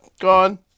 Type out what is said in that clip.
gone